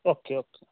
okay okay